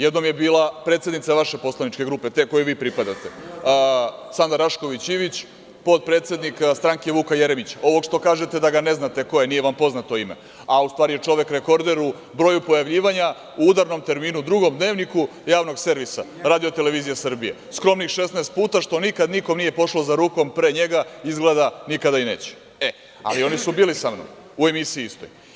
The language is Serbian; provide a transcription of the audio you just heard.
Jednom je bila predsednica vaše poslaničke grupe, te kojoj vi pripadate, Sanda Rašković Ivić, potpredsednik stranke Vuka Jeremića, ovog što kažete da ga ne znate ko je, nije vam poznato ime, a u stvari je čovek rekorder u broju pojavljivanja u udarnom terminu u Drugom dnevniku Javnog servisa RTS, skromnih 16 puta, što nikad nikom nije pošlo za rukom pre njega, a izgleda da nikada i neće, ali oni su bili sa mnom u emisiji istoj.